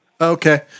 Okay